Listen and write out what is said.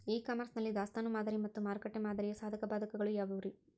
E commerce ನಲ್ಲಿ ದಾಸ್ತಾನು ಮಾದರಿ ಮತ್ತ ಮಾರುಕಟ್ಟೆ ಮಾದರಿಯ ಸಾಧಕ ಬಾಧಕಗಳ ಯಾವವುರೇ?